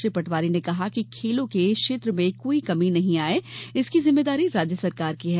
श्री पटवारी ने कहा कि खेलों के क्षेत्र में कोई कमी न आये इसकी जिम्मेदारी राज्य शासन की है